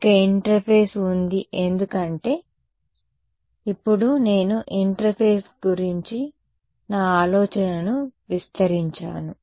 ఒక ఇంటర్ఫేస్ ఉంది ఎందుకంటే ఇప్పుడు నేను ఇంటర్ఫేస్ గురించి నా ఆలోచనను విస్తరించాను